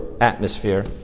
atmosphere